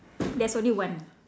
there's only one